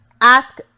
ask